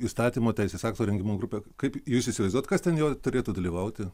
įstatymo teisės akto rengimo grupę kaip jūs įsivaizduotat kas ten joj turėtų dalyvauti